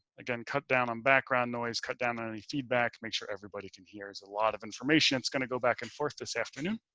again, cut down on background noise, cut down on any feedback, make sure everybody can hear as a lot of information. it's going to go back and forth this afternoon.